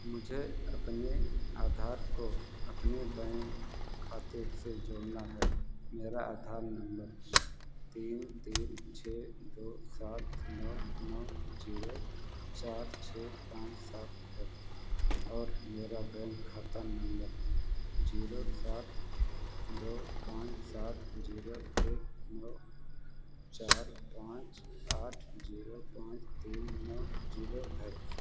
मुझे अपने आधार को अपने बैंक खाते से जोड़ना है मेरा आधार नम्बर तीन तीन छः दो सात नौ नौ जीरो चार छः पांच सात है और मेरा बैंक खाता नम्बर जीरो सात दो पांच सात जीरो एक नौ पांच चार आठ जीरो पांच तीन नौ जीरो है